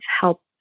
help